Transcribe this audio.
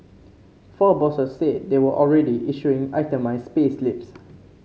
four bosses said they were already issuing itemised payslips